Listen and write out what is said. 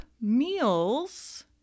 meals